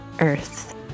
earth